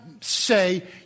say